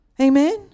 Amen